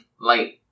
light